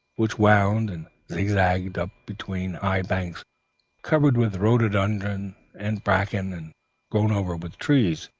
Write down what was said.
which wound and zigzagged up between high banks covered with rhododendron and bracken, and grown over with trees.